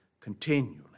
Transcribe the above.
continually